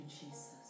Jesus